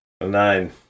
Nine